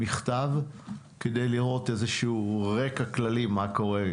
מכתב כדי לראות איזשהו רקע כללי מה קורה,